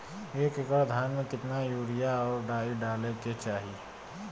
एक एकड़ धान में कितना यूरिया और डाई डाले के चाही?